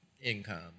income